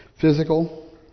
Physical